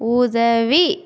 உதவி